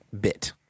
bit